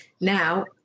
Now